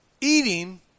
eating